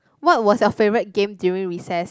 what was your favorite game during recess